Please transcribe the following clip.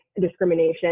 discrimination